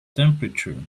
temperature